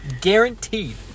guaranteed